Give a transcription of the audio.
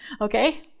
okay